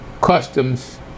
customs